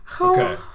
Okay